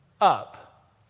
up